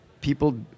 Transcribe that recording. people